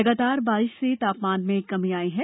लगातार बारिश से तापमान में कमी आई है